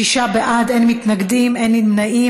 שישה בעד, אין מתנגדים, אין נמנעים.